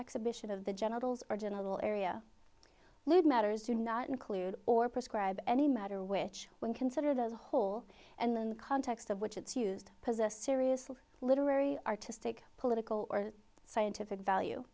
exhibition of the genitals or general area lewd matters do not include or prescribe any matter which when considered as a whole and in the context of which it's used as a serious of literary artistic political or scientific value